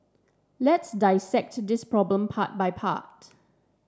let's dissect this problem part by part